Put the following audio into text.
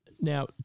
Now